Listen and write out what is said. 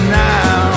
now